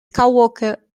coworker